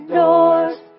doors